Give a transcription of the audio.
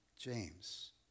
James